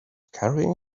carrying